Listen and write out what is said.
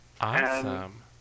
Awesome